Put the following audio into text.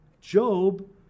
Job